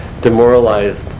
demoralized